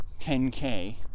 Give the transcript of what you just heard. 10K